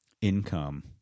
income